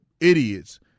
idiots